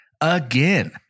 again